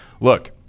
Look